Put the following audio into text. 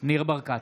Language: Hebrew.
ניר ברקת,